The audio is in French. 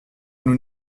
nous